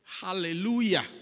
Hallelujah